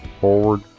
forward